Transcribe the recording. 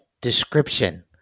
description